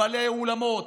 בעלי האולמות,